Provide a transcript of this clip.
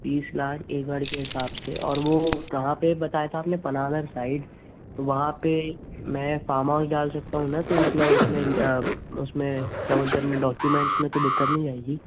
तीस लाख एकड़ के हिसाब से और वो कहाँ पे बताया था आपने साइड वहाँ पे मैं फ़ार्म हाउस डाल सकता हूँ ना कोई मतलब उसमें उसमें क्या बोलते हैं अपने डॉक्यूमेंट्स में तो दिक़्क़त नहीं आएगी